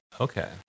Okay